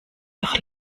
doch